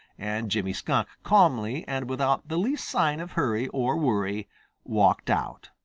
and jimmy skunk calmly and without the least sign of hurry or worry walked out,